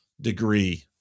degree